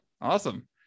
awesome